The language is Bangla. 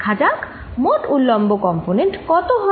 দেখা যাক মোট উলম্ব কম্পনেন্ট কত হয়